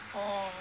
orh